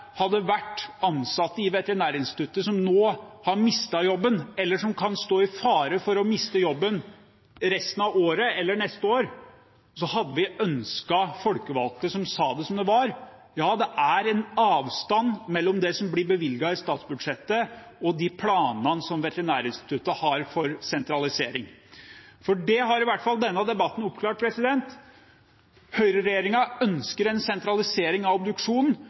hadde vært ansatt på Veterinærinstituttet og hadde mistet jobben eller stått i fare for å miste jobben, resten av året eller neste år, hadde vi ønsket folkevalgte som sa det som det var: Ja, det er en avstand mellom det som blir bevilget i statsbudsjettet, og de planene som Veterinærinstituttet har for sentralisering. Det har i hvert fall denne debatten oppklart. Høyreregjeringen ønsker en sentralisering av obduksjonen,